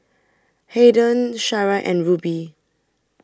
Haiden Shara and Ruby